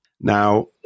Now